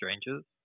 Strangers